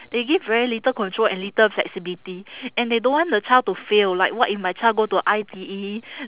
they give very little control and little flexibility and they don't want the child to fail like what if my child go to I_T_E